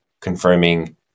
confirming